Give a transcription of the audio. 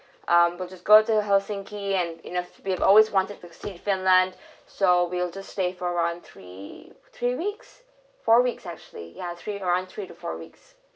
um we'll just go to helsinki and enough we have always wanted to see finland so we'll just stay for one three three weeks four weeks actually ya three around three to four weeks